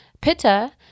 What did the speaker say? Pitta